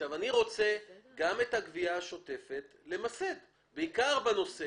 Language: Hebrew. אני רוצה גם את הגבייה השוטפת למסד, בעיקר באשר